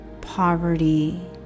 poverty